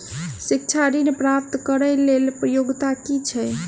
शिक्षा ऋण प्राप्त करऽ कऽ लेल योग्यता की छई?